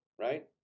right